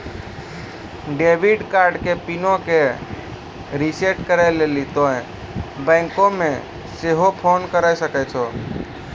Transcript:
debit कार्डो के पिनो के रिसेट करै लेली तोंय बैंको मे सेहो फोन करे सकै छो